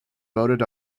voted